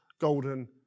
golden